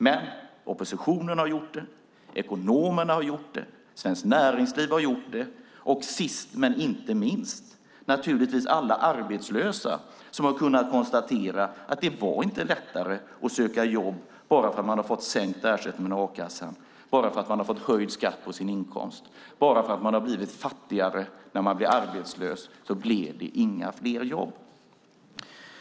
Men oppositionen har gjort det, ekonomerna har gjort det och Svenskt Näringsliv har gjort det. Sist men inte minst har naturligtvis alla arbetslösa kunnat konstatera att det inte var lättare att söka jobb bara för att man har fått sänkt ersättning i a-kassan och höjd skatt på sin inkomst. Bara för att man har blivit fattigare när man blev arbetslös blev det inte fler jobb.